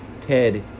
Ted